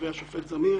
השופט זמיר